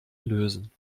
lösen